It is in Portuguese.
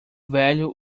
velho